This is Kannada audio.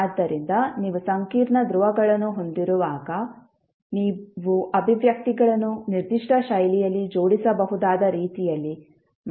ಆದ್ದರಿಂದ ನೀವು ಸಂಕೀರ್ಣ ಧ್ರುವಗಳನ್ನು ಹೊಂದಿರುವಾಗ ನೀವು ಅಭಿವ್ಯಕ್ತಿಗಳನ್ನು ನಿರ್ದಿಷ್ಟ ಶೈಲಿಯಲ್ಲಿ ಜೋಡಿಸಬಹುದಾದ ರೀತಿಯಲ್ಲಿ ಮರುಹೊಂದಿಸಬಹುದು